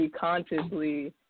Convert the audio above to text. consciously